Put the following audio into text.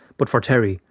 but for terry,